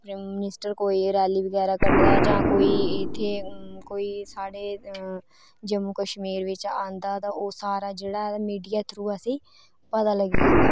कोई prime minister कोई rally बगैरा जां कोई इत्थै कोई साढ़े जम्मू कश्मीर बिच आंदा ऐ तां ओह् सारा जेह्ड़ा ऐ मीडिया थ्रू असेंई पता लग्गी जंदा